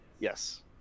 Yes